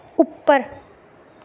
उप्पर